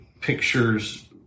pictures